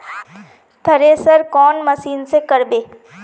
Thresher कौन machine से करबे?